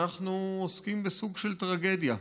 אנחנו עוסקים בסוג של טרגדיה.